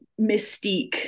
mystique